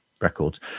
Records